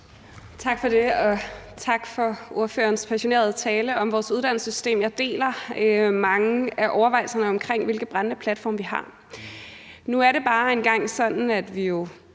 tak for ordførerens passionerede tale om vores uddannelsessystem. Jeg deler mange af overvejelserne omkring, hvilke brændende platforme vi har. Nu er det bare engang sådan, at vi jo